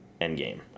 endgame